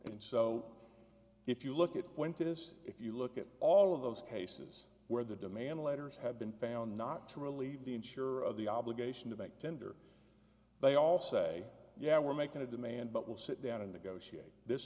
and so if you look at when to this if you look at all of those cases where the demand letters have been found not to relieve the insurer of the obligation to make tender they all say yeah we're making a demand but we'll sit down and